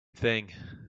thing